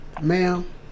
Ma'am